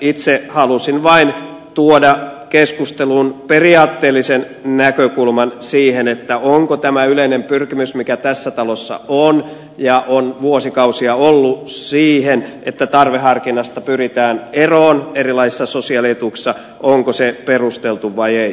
itse halusin vain tuoda keskusteluun periaatteellisen näkökulman siihen onko tämä yleinen pyrkimys mikä tässä talossa on ja on vuosikausia ollut siihen että tarveharkinnasta pyritään eroon erilaisissa sosiaalietuuksissa perusteltua vai ei